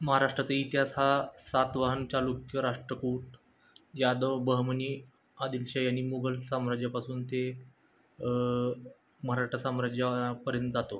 महाराष्ट्राचा इतिहास हा सातवहन चालुक्य राष्ट्रकोट यादव बहमनी आदिलशाही आणि मुघल साम्राज्यापासून ते मराठा साम्राज्यापर्यंत जातो